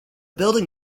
building